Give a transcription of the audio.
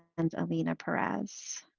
and elena perez.